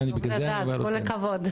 טוב לדעת, כל הכבוד.